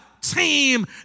team